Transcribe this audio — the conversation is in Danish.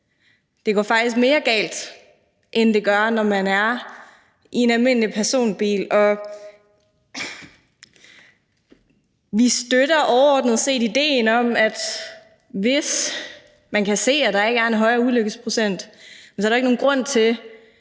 Det går faktisk mere galt, end det gør, når man er i en almindelig personbil. Vi støtter overordnet set tanken om, at hvis man kan se, at der ikke er en højere ulykkesprocent, så er der ikke nogen grund til,